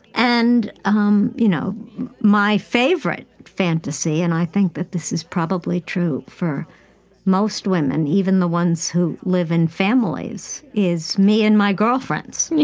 and um you know my favorite fantasy and i think that this is probably true for most women, even the ones who live in families is me and my girlfriends,